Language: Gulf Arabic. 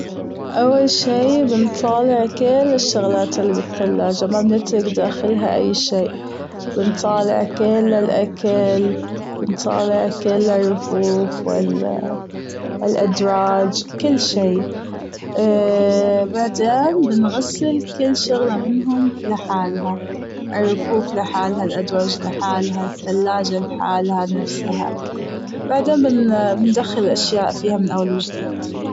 أول شي بنطالع كل الشغلات اللي بالثلاجة ما بنترك داخلها أي شي بنطالع كل الأكل بنطالع كل الرفوف والأدراج كل شي وبعدبن بنغسل كل شغلة منهم لحالها الرفوف لحالها الأدراج لحالها الثلاجة لحالها نفسها وبعدين بندخل الأشياء فيها من أول وجديد.